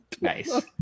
Nice